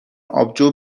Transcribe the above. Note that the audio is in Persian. آبجو